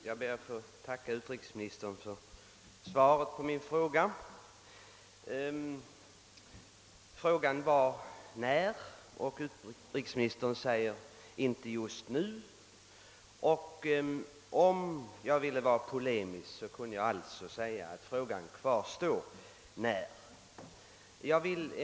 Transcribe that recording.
Herr talman! Jag tackar utrikesministern för svaret. Jag har frågat När?, och utrikesministern svarar: »Inte just nu.» Om jag ville vara polemisk kunde jag alltså säga att min fråga kvarstår.